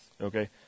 Okay